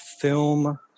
film